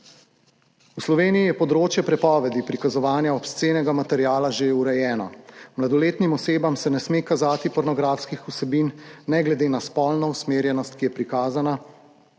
V Sloveniji je področje prepovedi prikazovanja obscenega materiala že urejeno. Mladoletnim osebam se ne sme kazati pornografskih vsebin, ne glede na spolno usmerjenost, ki je prikazana.